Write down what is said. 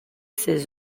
ses